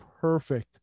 perfect